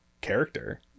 character